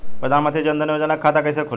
प्रधान मंत्री जनधन योजना के खाता कैसे खुली?